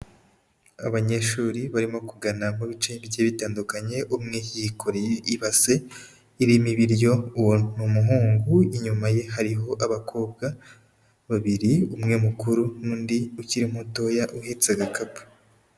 Abanyeshuri barimo kugana mu bice bigiye bitandukanye, umwe yikoreye ibase irimo ibiryo, uwo ni umuhungu, inyuma ye hariho abakobwa babiri, umwe mukuru n'undi ukiri mutoya uhetse agakapu.